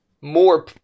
more